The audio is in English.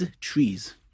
trees